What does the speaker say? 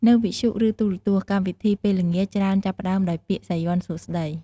នៅវិទ្យុ ឬទូរទស្សន៍ កម្មវិធីពេលល្ងាចច្រើនចាប់ផ្តើមដោយពាក្យ "សាយ័ន្តសួស្តី"។